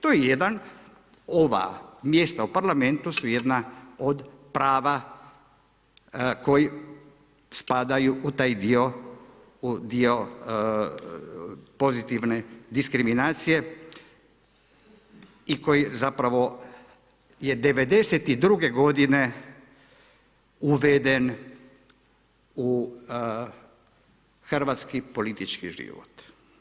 To je jedan, ova mjesta u parlamentu su jedna od prava koja spadaju u taj dio, dio pozitivne diskriminacije i koji zapravo je 92. godine uveden u hrvatski politički život.